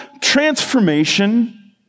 transformation